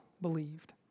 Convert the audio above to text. believed